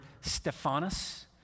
Stephanus